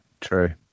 true